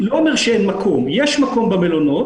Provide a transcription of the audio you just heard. אני לא אומר שאין מקום, יש מקום במלונות.